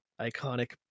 iconic